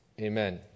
amen